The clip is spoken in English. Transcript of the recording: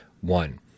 One